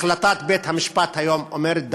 החלטת בית-המשפט היום אומרת דורשני.